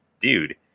dude